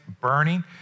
burning